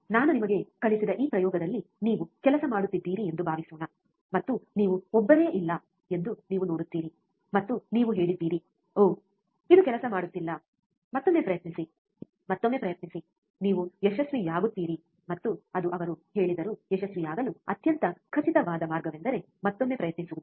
ನಾನು ನಿಮಗೆ ಕಲಿಸಿದ ಈ ಪ್ರಯೋಗದಲ್ಲಿ ನೀವು ಕೆಲಸ ಮಾಡುತ್ತಿದ್ದೀರಿ ಎಂದು ಭಾವಿಸೋಣ ಮತ್ತು ನೀವು ಒಬ್ಬರೇ ಇಲ್ಲ ಎಂದು ನೀವು ನೋಡುತ್ತೀರಿ ಮತ್ತು ನೀವು ಹೇಳಿದ್ದೀರಿ ಓಹ್ ಇದು ಕೆಲಸ ಮಾಡುತ್ತಿಲ್ಲ ಮತ್ತೊಮ್ಮೆ ಪ್ರಯತ್ನಿಸಿ ಮತ್ತೊಮ್ಮೆ ಪ್ರಯತ್ನಿಸಿ ನೀವು ಯಶಸ್ವಿಯಾಗುತ್ತೀರಿ ಮತ್ತು ಅದೂ ಅವರು ಹೇಳಿದರು ಯಶಸ್ವಿಯಾಗಲು ಅತ್ಯಂತ ಖಚಿತವಾದ ಮಾರ್ಗವೆಂದರೆ ಮತ್ತೊಮ್ಮೆ ಪ್ರಯತ್ನಿಸುವುದು